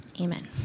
Amen